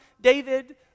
David